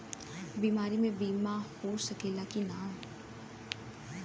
बीमारी मे बीमा हो सकेला कि ना?